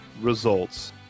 results